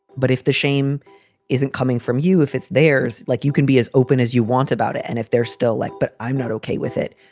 but if the shame isn't coming from you, if it's theirs, like you can be as open as you want about it. and if they're still like. but i'm not ok with it,